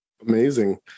Amazing